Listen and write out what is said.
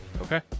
Okay